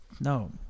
No